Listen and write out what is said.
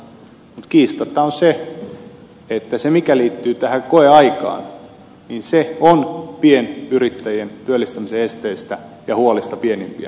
mutta kiistatonta on että se mikä liittyy tähän koeaikaan on pienyrittäjien työllistämisen esteistä ja huolista pienimpiä